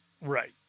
Right